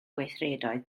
gweithredoedd